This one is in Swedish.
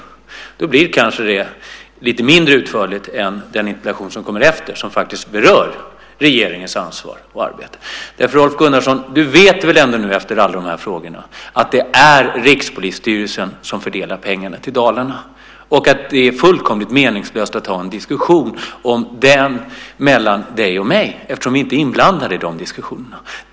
Därför blir svaret lite mindre utförligt än svaret på den interpellation som kommer efter och som faktiskt berör regeringens ansvar och arbete. Rolf Gunnarsson, du vet väl ändå nu, efter alla de frågor du ställt, att det är Rikspolisstyrelsen som fördelar pengarna till Dalarna? Det är meningslöst att du och jag har en diskussion om detta eftersom vi inte är inblandade i den fördelningen.